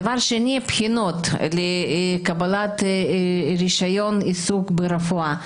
דבר שני, הבחינות לקבלת רישיון עיסוק ברפואה.